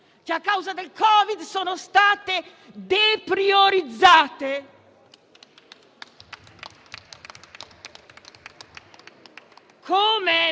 che a causa del Covid sono state depriorizzate.